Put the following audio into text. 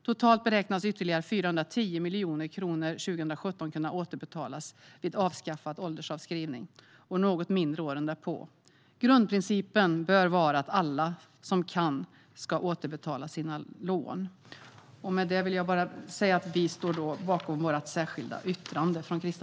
Totalt beräknas ytterligare 410 miljoner kronor kunna återbetalas 2017 vid avskaffad åldersavskrivning och något mindre åren därpå. Grundprincipen bör vara att alla som kan ska återbetala sina lån. Vi i Kristdemokraterna står bakom vårt särskilda yttrande.